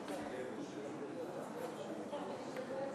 ההסתייגות (40) של קבוצת סיעת